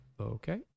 okay